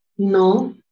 No